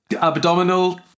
Abdominal